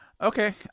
okay